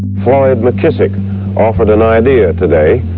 floyd mckissick offered an idea today,